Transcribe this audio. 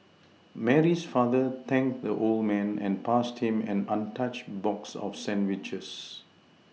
Mary's father thanked the old man and passed him an untouched box of sandwiches